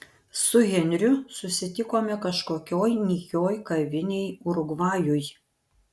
su henriu susitikome kažkokioj nykioj kavinėj urugvajui